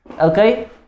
okay